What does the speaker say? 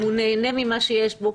הוא ניהנה ממה שיש לו.